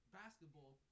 basketball